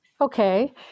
Okay